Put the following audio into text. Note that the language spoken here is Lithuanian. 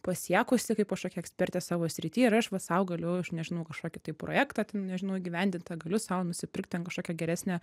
pasiekusi kaip kažkokia ekspertė savo srity ir aš va sau galiu aš nežinau kažkokį tai projektą ten nežinau įgyvendint galiu sau nusipirkt ten kažkokią geresnę